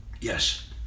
Yes